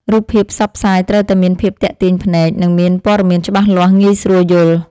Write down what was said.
រូបភាពផ្សព្វផ្សាយត្រូវតែមានភាពទាក់ទាញភ្នែក និង មានព័ត៌មានច្បាស់លាស់ងាយស្រួលយល់។